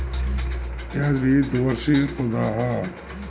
प्याज भी द्विवर्षी पौधा हअ